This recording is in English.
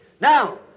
Now